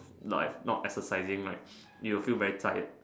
like not exercising right you will feel very tired